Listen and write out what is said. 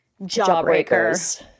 Jawbreakers